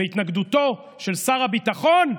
בהתנגדותו של שר הביטחון,